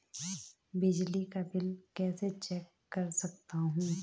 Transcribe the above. बिजली का बिल कैसे चेक कर सकता हूँ?